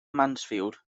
mansfield